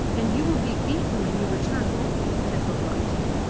and you will be beaten when you return home, said babalatchi.